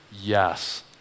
Yes